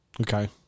Okay